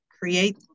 create